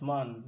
Man